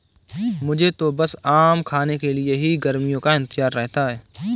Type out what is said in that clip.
मुझे तो बस आम खाने के लिए ही गर्मियों का इंतजार रहता है